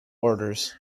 orders